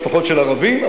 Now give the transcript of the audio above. גם משפחות של ערבים,